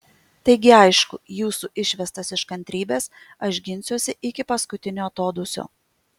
taigi aišku jūsų išvestas iš kantrybės aš ginsiuosi iki paskutinio atodūsio